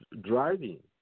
driving